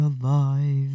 alive